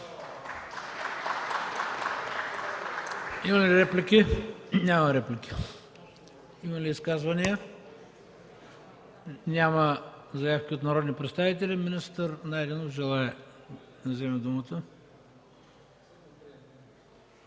Има ли реплики? Няма. Има ли изказвания? Няма заявки от народни представители. Министър Найденов желае да вземе думата.